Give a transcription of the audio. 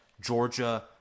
Georgia